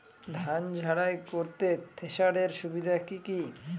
ধান ঝারাই করতে থেসারের সুবিধা কি কি?